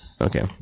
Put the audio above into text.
Okay